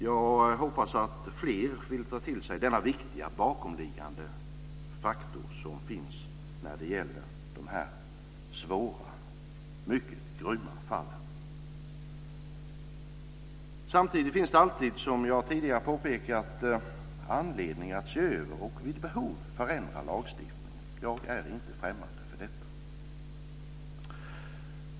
Jag hoppas att fler vill ta till sig denna viktiga bakomliggande faktor när det gäller dessa svåra, mycket grymma fall. Det finns samtidigt alltid anledning, som jag tidigare påpekade, att se över och vid behov förändra lagstiftningen. Jag är inte främmande för detta.